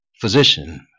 physician